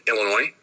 Illinois